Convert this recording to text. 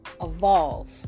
evolve